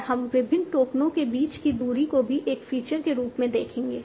और हम विभिन्न टोकनों के बीच की दूरी को भी एक फीचर के रूप में देखेंगे